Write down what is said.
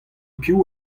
piv